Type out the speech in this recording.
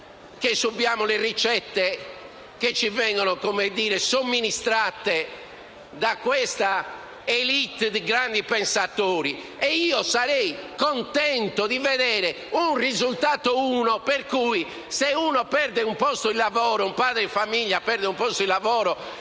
che subiamo le ricette che ci vengono somministrate da questa *élite* di grandi pensatori. E io sarei contento di vedere un risultato per cui, se un padre di famiglia perde un posto di lavoro,